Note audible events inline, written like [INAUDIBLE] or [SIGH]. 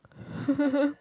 [LAUGHS]